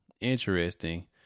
interesting